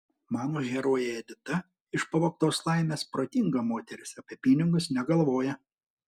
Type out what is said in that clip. mano herojė edita iš pavogtos laimės protinga moteris apie pinigus negalvoja